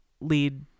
lead